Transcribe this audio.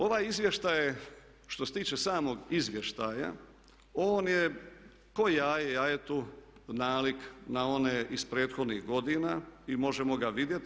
Ovaj izvještaj je što se tiče samog izvještaja, on je ko jaje jajetu nalik na one iz prethodnih godina i možemo ga vidjeti.